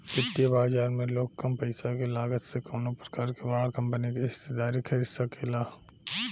वित्तीय बाजार में लोग कम पईसा के लागत से कवनो प्रकार के बड़ा कंपनी के हिस्सेदारी खरीद सकेला